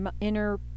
inner